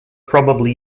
probably